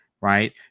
right